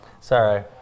Sorry